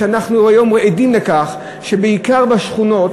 ואנחנו היום עדים לכך, בעיקר בשכונות,